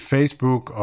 Facebook